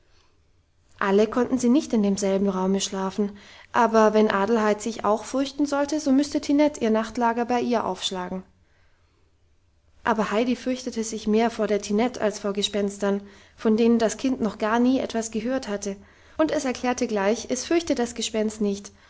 alle konnten sie nicht in demselben raume schlafen aber wenn adelheid sich auch fürchten sollte so müsste tinette ihr nachtlager bei ihr aufschlagen aber heidi fürchtete sich mehr vor der tinette als vor gespenstern von denen das kind noch gar nie etwas gehört hatte und es erklärte gleich es fürchte das gespenst nicht